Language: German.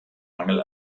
mangel